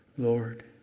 Lord